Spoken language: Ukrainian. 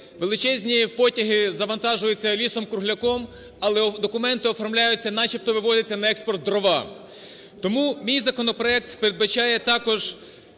величезні потяги завантажуються лісок-кругляком, але документи оформляються, начебто вивозяться на експорт дрова. Тому мій законопроект передбачає також